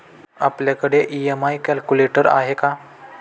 आपल्याकडे EMI calculator आहे का?